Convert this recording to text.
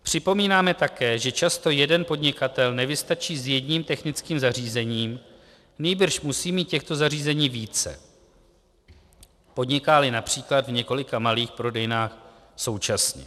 Připomínáme také, že často jeden podnikatel nevystačí s jedním technickým zařízením, nýbrž musí mít těchto zařízení více, podnikáli např. v několika malých prodejnách současně.